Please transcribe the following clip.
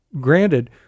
granted